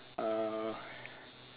uh